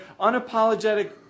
unapologetic